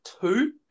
two